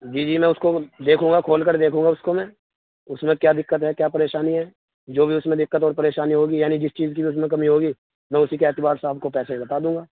جی جی میں اس کو دیکھوں گا کھول کر دیکھوں گا اس کو میں اس میں کیا دقت ہے کیا پریشانی ہے جو بھی اس میں دقت اور پریشانی ہوگی یعنی جس چیز کی بھی اس میں کمی ہوگی میں اسی کے اعتبار سے آپ کو پیسے بتا دوں گا